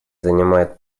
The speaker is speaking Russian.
занимает